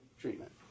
treatment